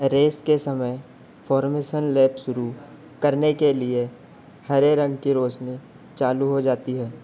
race के समय formation lap शुरू करने के लिए हरे रंग की रोशनी चालू हो जाती है